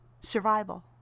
Survival